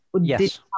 yes